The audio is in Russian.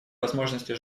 возможности